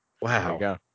Wow